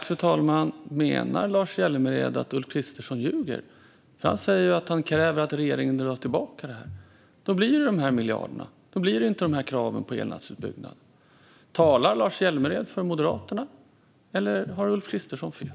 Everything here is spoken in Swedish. Fru talman! Menar Lars Hjälmered att Ulf Kristersson ljuger? Han säger ju att han kräver att regeringen drar tillbaka detta. Då blir det ju de här miljarderna. Då blir det inte de här kraven på elnätsutbyggnad. Talar Lars Hjälmered för Moderaterna, eller har Ulf Kristersson fel?